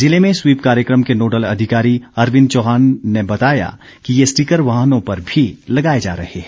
ज़िले में स्वीप कार्यक्रम के नोडल अधिकारी अरविन्द सिंह चौहान ने बताया कि ये स्टिकर वाहनों पर भी लगाए जा रहे हैं